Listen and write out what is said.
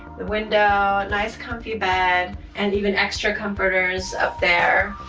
the window, ah nice comfy bed and even extra comforters up there.